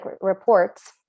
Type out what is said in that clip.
reports